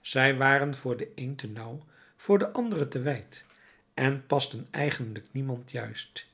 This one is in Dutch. zij waren voor den een te nauw voor den ander te wijd en pasten eigenlijk niemand juist